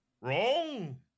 Wrong